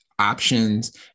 options